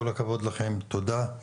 כל הכבוד לכם, תודה.